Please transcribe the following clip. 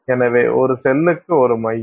எனவே ஒரு செல்க்கு 1 மையம்